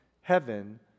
heaven